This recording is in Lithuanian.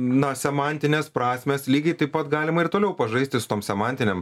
na semantinės prasmės lygiai taip pat galima ir toliau pažaisti su tom semantinėm